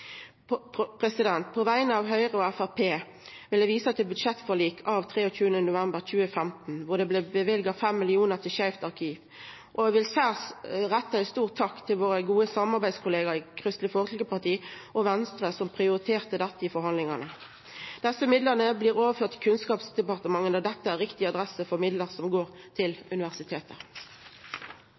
På vegner av Høgre og Framstegspartiet vil eg visa til budsjettforliket av 23. november 2015, der det blei løyvd 5 mill. kr til Skeivt arkiv. Eg vil retta ei særs stor takk til våre gode samarbeidskollegaer i Kristeleg Folkeparti og Venstre som prioriterte dette i forhandlingane. Desse midlane blir overførde til Kunnskapsdepartementet, sidan dette er rett adresse for midlar som går til